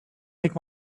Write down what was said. make